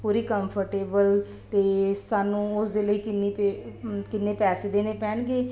ਪੂਰੀ comfortable ਅਤੇ ਸਾਨੂੰ ਉਸ ਦੇ ਲਈ ਕਿੰਨੀ ਪੇ ਕਿੰਨੇ ਪੈਸੇ ਦੇਣੇ ਪੈਣਗੇ